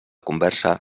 conversa